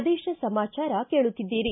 ಪ್ರದೇಶ ಸಮಾಚಾರ ಕೇಳುತ್ತಿದ್ದೀರಿ